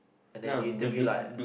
and then you interview like